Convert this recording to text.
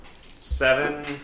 Seven